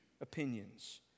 opinions